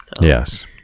Yes